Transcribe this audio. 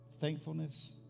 thankfulness